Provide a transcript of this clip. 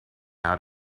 out